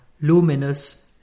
luminous